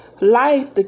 life